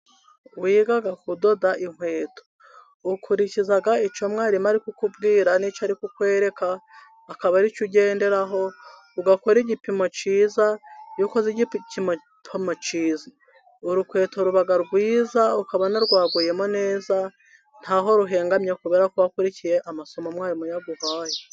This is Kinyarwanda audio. Wiga kudoda inkweto, ukurikiza icyo mwarimu ari kukubwira, n'icyo ari kukwereka. Akaba ari cyo ugenderaho. Ugakora igipimo cyiza. Iyo ukoza igipimo cyiza, urukweto ruba rwiza ukabona rwaguyemo neza, ntaho ruhengamye. Kubera ko wakurikiye amasomo mwarimu yaguhaye.